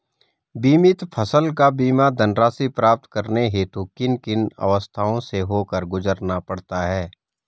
बीमित फसल का बीमा धनराशि प्राप्त करने हेतु किन किन अवस्थाओं से होकर गुजरना पड़ता है?